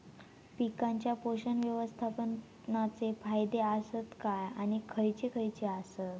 पीकांच्या पोषक व्यवस्थापन चे फायदे आसत काय आणि खैयचे खैयचे आसत?